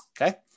okay